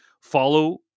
follow